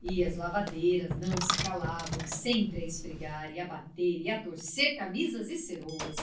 e as lavadeiras não se calavam sempre a esfregar e a bater e a torcer camisas e ceroulas